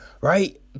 right